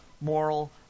moral